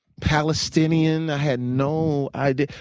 palestinian, i had no idea.